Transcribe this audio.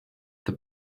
the